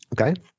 okay